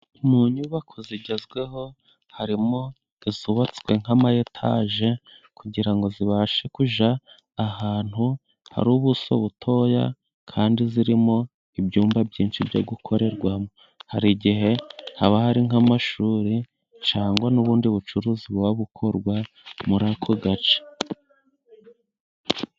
Mu nyubako zigezweho harimo izubatswe nk'amayetaje kugira ngo zibashe kujya ahantu hari ubuso butoya, kandi zirimo ibyumba byinshi byo gukorerwamo. Hari igihe haba hari nk'amashuri cyangwa n'ubundi bucuruzi buba bukorwa muri ako gace.